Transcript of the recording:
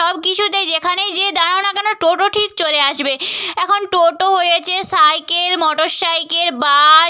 সব কিছুতে যেখানেই যেয়ে দাঁড়াও না কেন টোটো ঠিক চলে আসবে এখন টোটো হয়েছে সাইকেল মোটর সাইকেল বাস